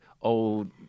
old